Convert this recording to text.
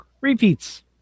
Repeats